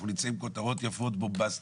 אנחנו נצא עם כותרות יפות, בומבסטיות.